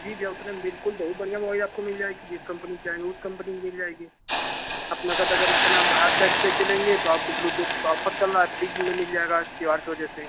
जी भैया उतने में बिल्कुल बहुत बढ़िया मोबाइल आपको मिल जाएगी जिस कंपनी की चाहेंगे उस कंपनी की मिल जाएगी आप नगद अगर उतना हार्ड कैस पर के लेंगे तो आपको ब्लूटूथ पर ऑफर चल रहा है फ्री में मिल जाएगा त्योहार के वजह से